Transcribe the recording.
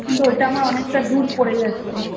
কিন্তু ওইটা আমার অনেকটা দূর পড়ে যাচ্ছে